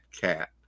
cat